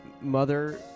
mother